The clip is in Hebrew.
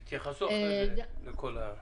תתייחסו אחרי זה לכל הדברים.